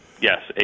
Yes